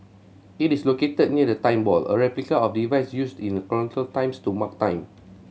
it is located near the Time Ball a replica of the device used in colonial times to mark time